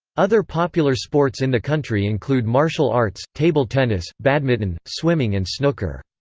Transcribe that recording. other popular sports in the country include martial arts, table tennis, badminton, swimming and snooker.